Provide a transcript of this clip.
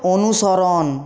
অনুসরণ